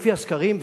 לפי הסקרים,